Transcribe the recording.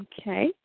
Okay